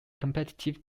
competitive